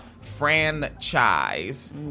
franchise